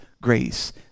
grace